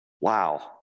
Wow